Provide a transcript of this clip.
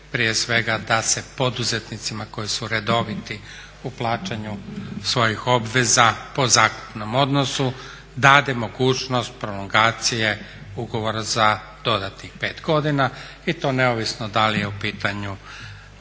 prije svega da se poduzetnicima koji su redoviti u plaćanju svojih obveza po zakupnom odnosu dade mogućnost prolongacije ugovora za dodatnih 5 godina i to neovisno da li je u pitanju RH,